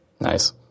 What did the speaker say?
Nice